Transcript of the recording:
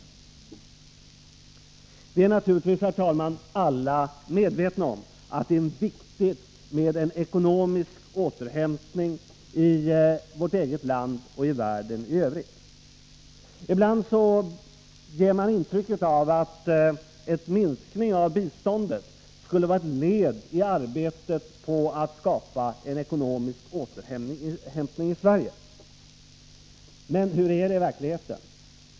Alla är naturligtvis medvetna om att det är viktigt med en ekonomisk återhämtning i vårt eget land och i världen i övrigt. Ibland ges man ett intryck av att en minskning av biståndet skulle vara ett led i arbetet att skapa en ekonomisk återhämtning i Sverige. Men hur är det i verkligheten?